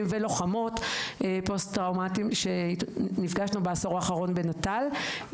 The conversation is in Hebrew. ולוחמות פוסט טראומטיים שנפגשנו בעשור האחרון בנט"ל.